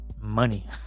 money